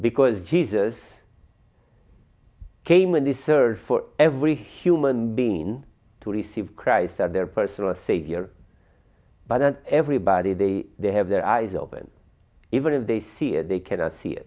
because jesus came in this earth for every human being to receive christ as their personal savior but everybody they they have their eyes open even if they see it they cannot see